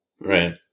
right